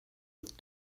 with